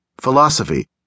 Philosophy